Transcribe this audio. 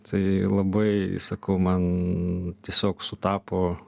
tai labai sakau man tiesiog sutapo